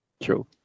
True